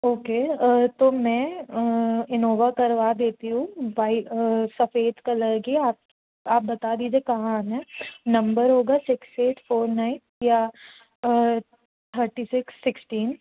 okay तो मैं Innova करवा देती हूँ बाय सफ़ेद कलर की आप आप बता दीजिए कहाँ आना है नंबर होगा सिक्स एट फोर नाइन या थर्टी सिक्स सिक्सटीन